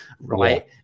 right